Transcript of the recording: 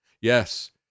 Yes